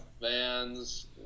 vans